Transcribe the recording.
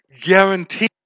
guarantee